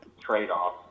trade-off